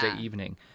evening